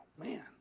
man